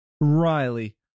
Riley